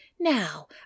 Now